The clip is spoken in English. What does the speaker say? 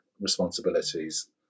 responsibilities